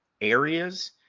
areas